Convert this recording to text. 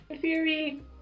Theory